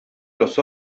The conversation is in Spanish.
los